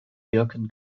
wirken